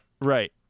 Right